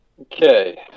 Okay